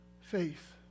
faith